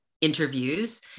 interviews